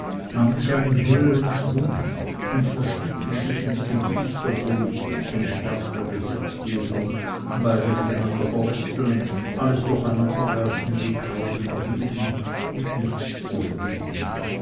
nahmen sie einen höhern schwung und verstiegen sich ins gebiet der politik und in das der gesetzgebung beide mit einander verwechselnd alles durcheinander werfend wie kraut und rüben mit nichts zufrieden